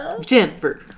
Jennifer